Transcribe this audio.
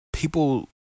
People